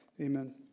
Amen